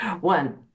One